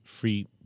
free